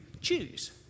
choose